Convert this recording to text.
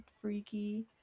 freaky